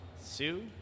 Sue